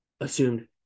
assumed